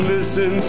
Listen